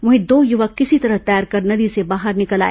वहीं दो युवक किसी तरह तैरकर नदी से बाहर निकल आए